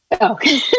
Okay